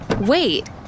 Wait